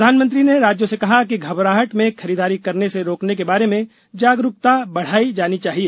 प्रधानमंत्री ने राज्यों से कहा कि घबराहट में खरीदारी करने से रोकने के बारे में जागरूकता बढाई जानी चाहिए